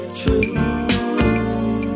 true